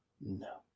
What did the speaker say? No